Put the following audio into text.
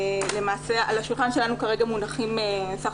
למעשה על השולחן שלנו כרגע מונחים סך